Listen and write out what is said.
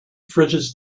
fridges